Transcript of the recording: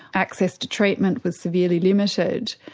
access to treatment was severely limited,